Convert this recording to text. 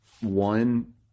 one